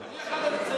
אני אחד המציעים.